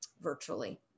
virtually